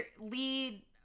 lead